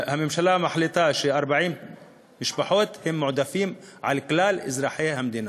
הממשלה מחליטה ש-40 משפחות מועדפות על כלל אזרחי המדינה.